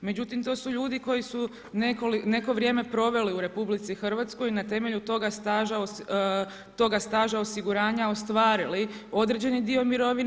Međutim, to su ljudi koji su neko vrijeme proveli u RH i na temelju toga staža osiguranja ostvarili određeni dio mirovine.